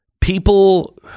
People